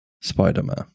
spider-man